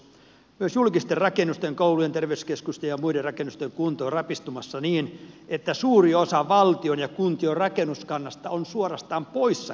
myös julkisten rakennusten koulujen terveyskeskusten ja muiden rakennusten kunto on rapistumassa niin että suuri osa valtion ja kuntien rakennuskannasta on suorastaan poissa käytöstä